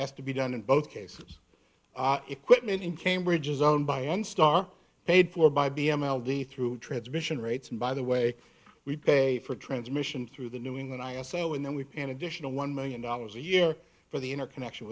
has to be done in both cases the equipment in cambridge is owned by one star paid for by b m l d through transmission rates and by the way we pay for transmission through the new england i said when then we pay an additional one million dollars a year for the inner connection